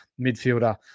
midfielder